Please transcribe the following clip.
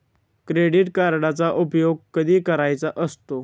Credit कार्डचा उपयोग कधी करायचा असतो?